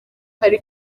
hari